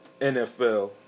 NFL